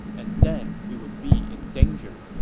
and then we would be in danger.